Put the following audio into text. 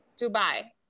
Dubai